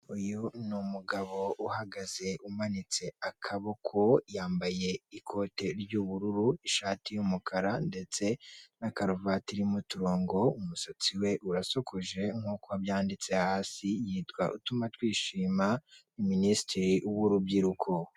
Uyu ni umugabo uhagaze umanitse akaboko yambaye ikote ry'ubururu, ishati y'umukara ndetse na karuvate irimo uturongo. Umusatsi we urasokoje nk'uko byanditse hasi yitwa Utumatwishima minisitiri w'urubyiruko.